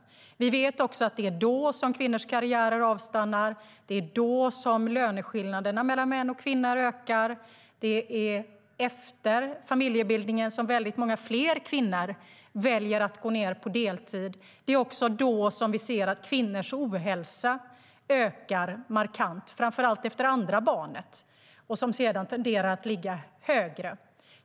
Vi vet också att det är då som kvinnors karriärer avstannar. Det är då som löneskillnaderna mellan män och kvinnor ökar. Det är efter familjebildningen som väldigt många fler kvinnor väljer att gå ned på deltid. Det är också då som vi ser att kvinnors ohälsa ökar markant, framför allt efter andra barnet, och sedan tenderar att ligga högre.